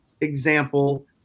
example